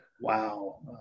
Wow